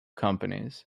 companies